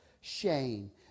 shame